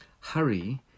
Hurry